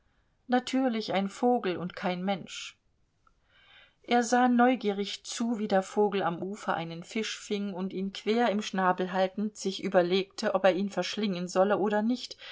natürlich ein vogel und kein mensch er sah neugierig zu wie der vogel am ufer einen fisch fing und ihn quer im schnabel haltend sich überlegte ob er ihn verschlingen solle oder nicht